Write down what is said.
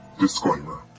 disclaimer